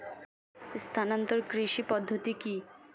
স্থানান্তর কৃষি পদ্ধতি কি?